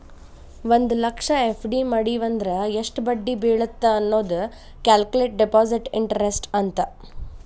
ಒಂದ್ ಲಕ್ಷ ಎಫ್.ಡಿ ಮಡಿವಂದ್ರ ಎಷ್ಟ್ ಬಡ್ಡಿ ಬೇಳತ್ತ ಅನ್ನೋದ ಕ್ಯಾಲ್ಕುಲೆಟ್ ಡೆಪಾಸಿಟ್ ಇಂಟರೆಸ್ಟ್ ಅಂತ